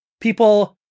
people